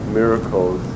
miracles